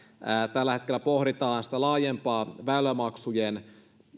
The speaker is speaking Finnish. tällä hetkellä pohditaan sitä laajempaa väylämaksujen